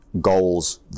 goals